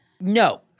No